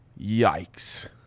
Yikes